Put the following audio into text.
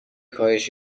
کاهش